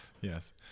Yes